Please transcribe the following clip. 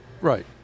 Right